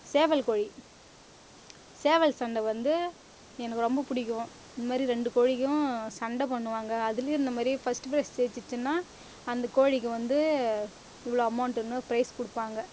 சேவல் கோழி சேவல் சண்டை வந்து எனக்கு ரொம்ப பிடிக்கும் இந்தமாரி ரெண்டு கோழிக்கும் சண்டை பண்ணுவாங்க அதுலையும் இந்தமாரி ஃபஸ்ட் பிரைஸ் ஜெயிச்சுச்சின்னால் அந்த கோழிக்கு வந்து இவ்வளோ அமௌண்ட்டுனு பிரைஸ் கொடுப்பாங்க